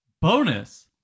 bonus